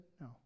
no